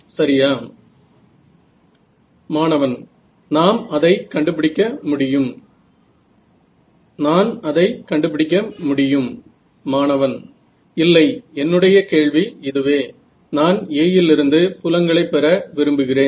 सध्या सर्व काही खूपच इंटरडिसिप्लिनरी बनले आहे बरोबर आहे